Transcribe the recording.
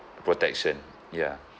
protection ya